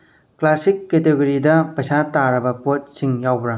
classic ꯀꯦꯇꯦꯒꯣꯔꯤꯗ ꯄꯩꯁꯥ ꯇꯥꯔꯕ ꯄꯣꯠꯁꯤꯡ ꯌꯥꯎꯕ꯭ꯔꯥ